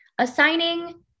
Assigning